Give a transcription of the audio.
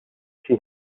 she